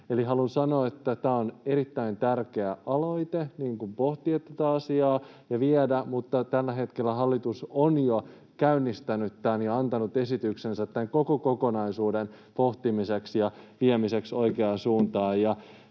haluan sanoa, että tämä on erittäin tärkeä aloite — pohtia ja viedä tätä asiaa — mutta tällä hetkellä hallitus on jo käynnistänyt tämän ja antanut esityksensä tämän koko kokonaisuuden pohtimiseksi ja viemiseksi oikeaan suuntaan,